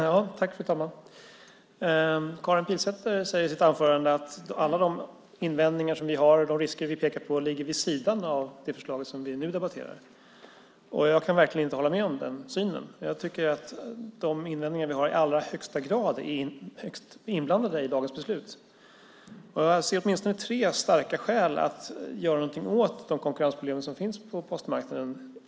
Fru talman! Karin Pilsäter sade i sitt anförande att alla invändningar vi har och de risker vi pekar på ligger vid sidan av det förslag som vi nu debatterar. Jag kan verkligen inte hålla med om det synsättet. Jag tycker att våra invändningar i allra högsta grad är inblandade i dagens beslut. Jag ser åtminstone tre starka skäl för att göra någonting åt de konkurrensproblem som just nu finns på postmarknaden.